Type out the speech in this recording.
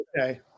Okay